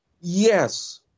yes